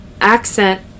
accent